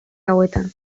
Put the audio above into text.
hauetan